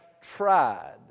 tried